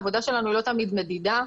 העבודה שלנו לא תמיד מדידה,